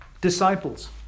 disciples